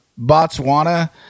botswana